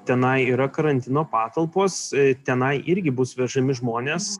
tenai yra karantino patalpos tenai irgi bus vežami žmonės